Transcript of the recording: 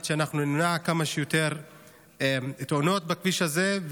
שנמנע כמה שיותר תאונות בכביש הזה,